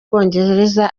bwongereza